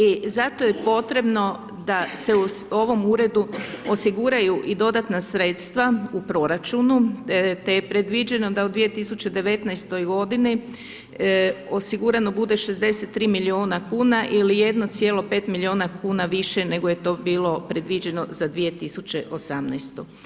I zato je potrebno da se u ovom uredu osiguraju i dodatna sredstva u proračunu te je predviđeno da u 2019. g. osigurano bude 63 milijuna kn ili 1,5 milijuna kn više nego je to bilo predviđeno za 2018.